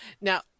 Now